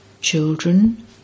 Children